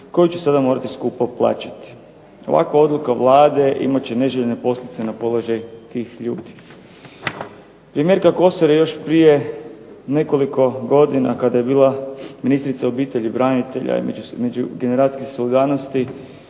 koju će sada morati skupo plaćati. Ovakva odluka Vlade imat će neželjene posljedice na položaj tih ljudi. Premijerka Kosor je još prije nekoliko godina kada je bila ministrica obitelji, branitelji i međugeneracijske solidarnosti